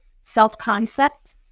self-concept